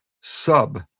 sub